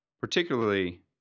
particularly